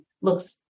looks